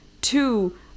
Two